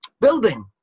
building